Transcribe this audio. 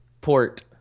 Port